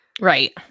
Right